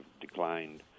declined